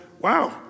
wow